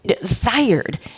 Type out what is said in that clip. desired